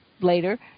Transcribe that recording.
later